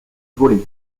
volets